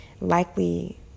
likely